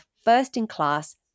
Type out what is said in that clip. first-in-class